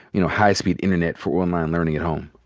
you know, high-speed internet for online learning at home?